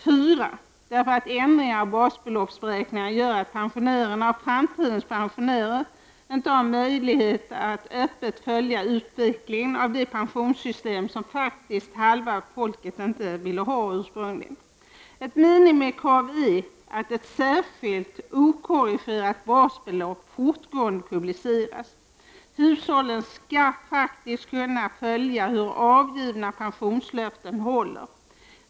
4. därför att ändringar av basbeloppsberäkningarna gör att pensionärerna och framtidens pensionärer inte har möjlighet att öppet följa utvecklingen av det pensionssystem som halva folket ursprungligen faktiskt inte ville ha. Ett minimikrav är att ett särskilt okorrigerat basbelopp fortgående publiceras. Hushållen skall faktiskt kunna följa hur avgivna pensionslöften håller.